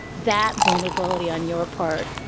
that vulnerability on your part.